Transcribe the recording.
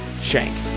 Shank